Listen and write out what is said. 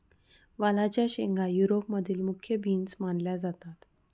वालाच्या शेंगा युरोप मधील मुख्य बीन्स मानल्या जातात